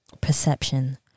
perception